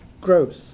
growth